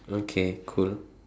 okay cool